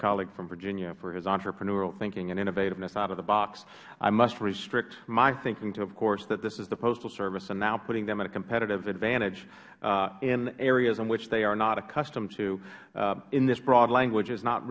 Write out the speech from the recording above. colleague from virginia for his entrepreneurial thinking and innovativeness out of the box i must restrict my thinking to of course that this is the postal service and now putting them in a competitive advantage in areas in which they are not accustomed to in this broad language is not